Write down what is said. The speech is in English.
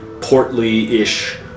portly-ish